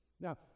Now